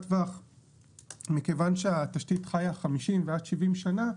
טווח מכיוון שהתשתית חיה 50 ועד 70 שנה,